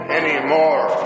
anymore